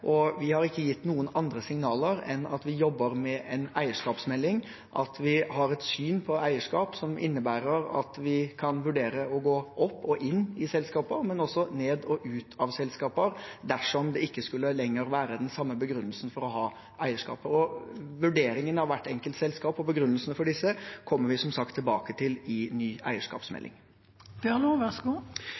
og vi har ikke gitt noen andre signaler enn at vi jobber med en eierskapsmelding, at vi har et syn på eierskap som innebærer at vi kan vurdere å gå opp og inn i selskaper, men også ned og ut av selskaper dersom det ikke lenger skulle være den samme begrunnelsen for å ha eierskap. Vurderingen av hvert enkelt selskap og begrunnelsen for disse kommer vi som sagt tilbake til i ny eierskapsmelding.